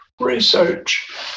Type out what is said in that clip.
Research